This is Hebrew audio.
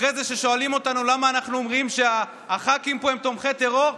אחרי ששואלים אותנו למה אנחנו אומרים שהח"כים פה הם תומכי טרור,